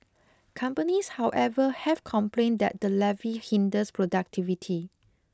companies however have complained that the levy hinders productivity